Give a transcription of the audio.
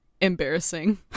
Embarrassing